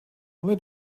let